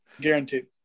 guaranteed